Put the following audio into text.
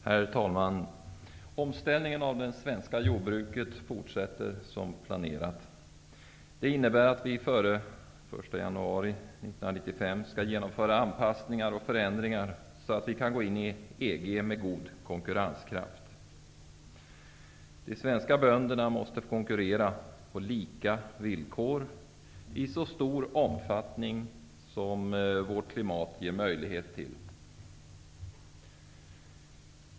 Herr talman! Omställningen av det svenska jordbruket fortsätter som planerat. Det innebär att vi före den 1 januari 1995 skall genomföra anpassning och förändring så att vi kan gå in i EG med god konkurrenskraft. De svenska bönderna måste konkurrera på lika villkor i så stor omfattning som vårt klimat ger möjlighet till.